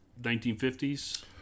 1950s